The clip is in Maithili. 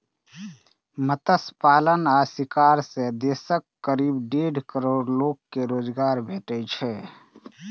मत्स्य पालन आ शिकार सं देशक करीब डेढ़ करोड़ लोग कें रोजगार भेटै छै